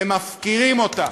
ומפקירים אותה.